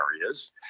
areas